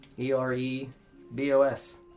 E-R-E-B-O-S